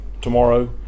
tomorrow